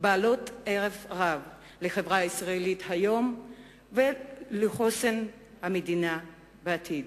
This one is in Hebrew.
בעלות ערך רב לחברה הישראלית היום ולחוסן המדינה בעתיד.